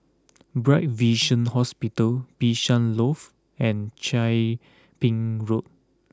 Bright Vision Hospital Bishan Loft and Chia Ping Road